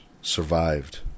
survived